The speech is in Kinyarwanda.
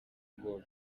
ngo